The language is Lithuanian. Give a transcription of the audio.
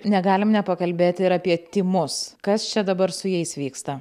negalime nepakalbėti ir apie tymus kas čia dabar su jais vyksta